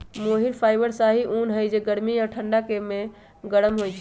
मोहिर fibre शाहि उन हइ के गर्मी में ठण्डा आऽ ठण्डा में गरम होइ छइ